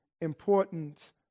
importance